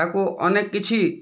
ତାକୁ ଅନେକ କିଛି